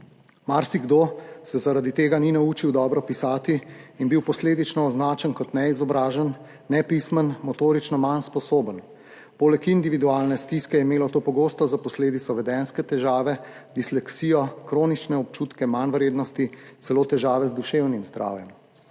Marsikdo se zaradi tega ni naučil dobro pisati in je bil posledično označen kot neizobražen, nepismen, motorično manj sposoben. Poleg individualne stiske je imelo to pogosto za posledico vedenjske težave, disleksijo, kronične občutke manjvrednosti, celo težave z duševnim zdravjem.